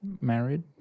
married